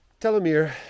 Telomere